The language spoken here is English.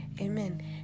Amen